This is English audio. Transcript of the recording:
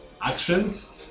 actions